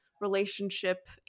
relationship